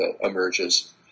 emerges